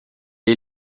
est